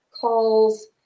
calls